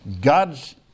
God's